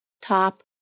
Top